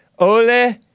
Ole